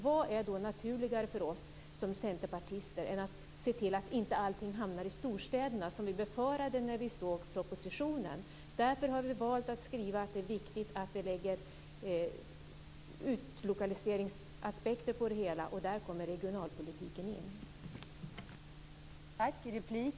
Vad skulle dessutom vara naturligare för oss centerpartister än att se till att inte allting hamnar i storstäderna, vilket vi befarade när vi såg propositionen? Vi har valt att skriva att det är viktigt att lägga utlokaliseringsaspekter på detta, och där kommer regionalpolitiken in.